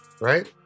right